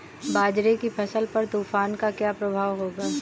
बाजरे की फसल पर तूफान का क्या प्रभाव होगा?